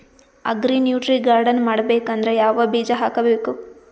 Agri nutri garden ಮಾಡಬೇಕಂದ್ರ ಯಾವ ಬೀಜ ಹಾಕಬೇಕು?